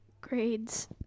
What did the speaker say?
Grades